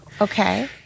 Okay